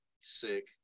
sick